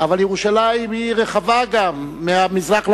אבל ירושלים היא רחבה גם, מהמזרח למערב.